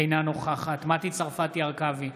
אינה נוכחת מטי צרפתי הרכבי,